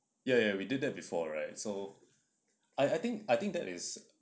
ya ya we did that before right so I I think I think that is